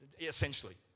Essentially